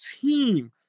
team